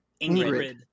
Ingrid